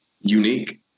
unique